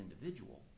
individual